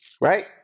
right